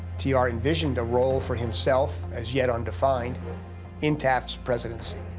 t r. envisioned a role for himself as yet undefined in taft's presidency.